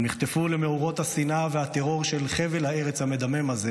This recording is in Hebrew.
הם נחטפו למאורות השנאה והטרור של חבל הארץ המדמם הזה